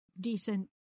decent